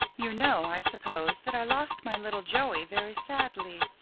you know, i suppose, that i lost my little joey very sadly.